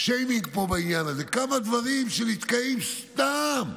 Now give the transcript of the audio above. פה שיימינג בעניין הזה, כמה דברים נתקעים סתם.